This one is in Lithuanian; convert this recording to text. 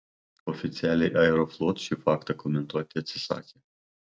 oficialiai aeroflot šį faktą komentuoti atsisakė